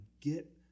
get